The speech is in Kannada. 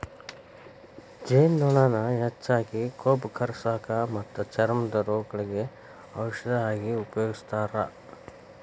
ಜೇನುಮೇಣಾನ ಹೆಚ್ಚಾಗಿ ಕೊಬ್ಬ ಕರಗಸಾಕ ಮತ್ತ ಚರ್ಮದ ರೋಗಗಳಿಗೆ ಔಷದ ಆಗಿ ಉಪಯೋಗಸ್ತಾರ